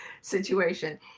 situation